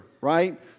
right